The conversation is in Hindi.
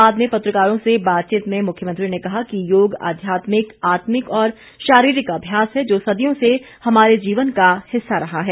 बाद में पत्रकारों से बातचीत में मुख्यमंत्री ने कहा कि योग आध्यात्मिक आत्मिक और शारीरिक अभ्यास है जो सदियों से हमारे जीवन का हिस्सा रहा है